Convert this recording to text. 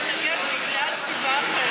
נתניהו התנגד בגלל סיבה אחרת,